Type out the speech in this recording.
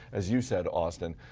as you said, austin,